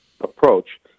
approach